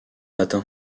matin